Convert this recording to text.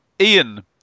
Ian